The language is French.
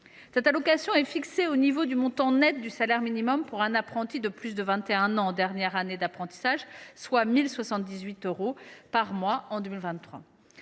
Cette allocation est fixée au niveau du montant net du salaire minimum pour un apprenti de plus de 21 ans en dernière année d’apprentissage, soit 1 078 euros par mois en 2023.